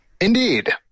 Indeed